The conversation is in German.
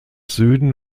süden